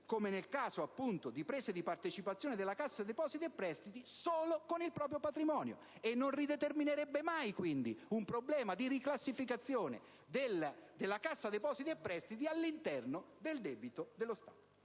come nel caso di prese di partecipazione della Cassa depositi e prestiti, solo con il proprio patrimonio e non rideterminerebbe mai, quindi, un problema di riclassificazione della Cassa depositi e prestiti all'interno del debito dello Stato.